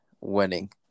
winning